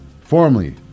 formerly